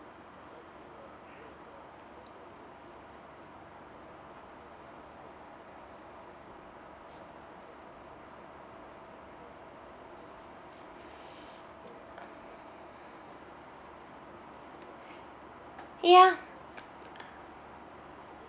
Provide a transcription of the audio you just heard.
ya